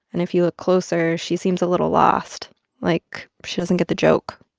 and if you look closer, she seems a little lost like she doesn't get the joke.